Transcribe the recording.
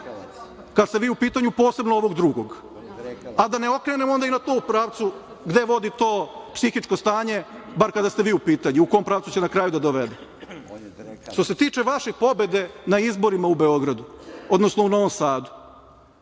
Kad ste vi u pitanju, posebno ovog drugog, ali da ne okrenemo onda i na to u pravcu gde vodi to psihičko stanje, bar kada ste vi u pitanju u kom pravcu će na kraju da dovede. Što se tiče vaše pobede na izborima u Beogradu, odnosno u Novom Sadu,